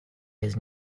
his